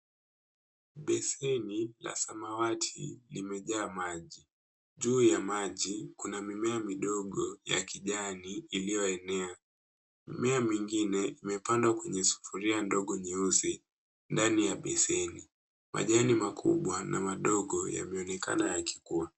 Beseni la samawati limejaa maji. Juu ya maji kuna mimea midogo ya kijani iliyoenea. Mimea mingine imepandwa kwenye sufuria ngogo nyeusi ndani ya beseni. Majani makubwa na madogo yameonekana yakikua.